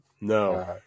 No